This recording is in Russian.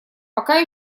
пока